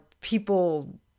people